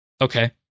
Okay